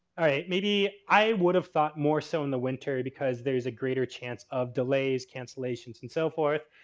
alright, maybe i would have thought more so in the winter because there's a greater chance of delays cancellations and so forth,